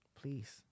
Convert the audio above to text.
Please